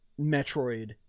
Metroid